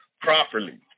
properly